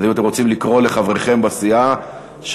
אז אם אתם רוצים להודיע לחבריכם בסיעה שיגיעו,